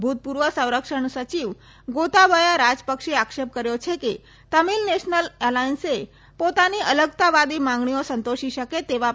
ભૂતપૂર્વ સંરક્ષણ સચિવ ગોતાબાયા રાજપક્ષેએ આક્ષેપ કર્યો છે કે તમિલ નેશનલ અલાયન્સે પોતાની અલગતાવાદી માંગણીઓ સંતોષી શકે તેવા પક્ષની પસંદગી કરી છે